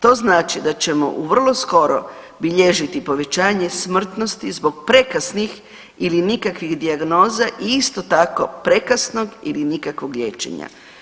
To znači da ćemo vrlo skoro bilježiti povećanje smrtnosti zbog prekasnih ili nikakvih dijagnoza i isto tako prekasnog ili nikakvog liječenja.